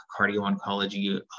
Cardio-Oncology